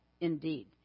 indeed